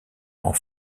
rend